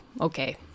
Okay